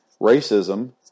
racism